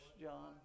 John